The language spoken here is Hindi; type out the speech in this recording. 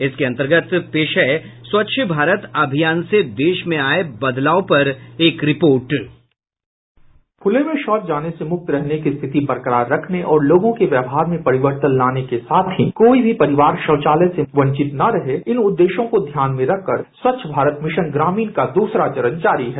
इसके अन्तर्गत पेश है स्वच्छ भारत अभियान से देश में आये बदलाव पर एक रिपोर्ट बाईट खुले में शौच जाने से मुक्त रहने की स्थिति बरकरार रखने और लोगों के व्यवहार में परिवर्तन लाने को साथ ही कोई भी परिवार शौचालय से वंचित न रहे इन उद्देश्यों को ध्यान में रखकर स्वच्छ भारत मिशन ग्रामीण का दूसरा चरण जारी है